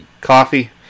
Coffee